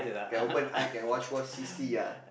can open eye can watch watch see see ah